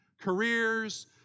careers